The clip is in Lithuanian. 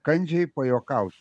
kandžiai pajuokaut